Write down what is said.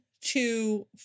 Two